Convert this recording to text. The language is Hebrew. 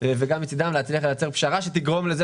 וגם מצדם להצליח לייצר פשרה לגרום לזה